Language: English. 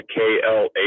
klh